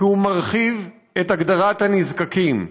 כי הוא מרחיב את הגדרת הנזקקים.